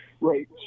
Right